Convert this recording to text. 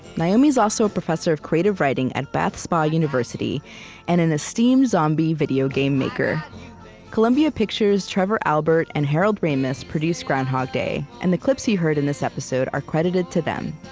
naomi's also a professor of creative writing at bath spa university and an esteemed zombie video game maker columbia pictures, trevor albert, and harold ramis produced groundhog day, and the clips you heard in this episode are credited to them.